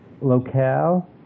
locale